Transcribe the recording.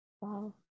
Wow